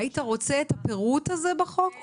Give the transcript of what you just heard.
היית רוצה את הפירוט הזה בחוק?